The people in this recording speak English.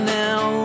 now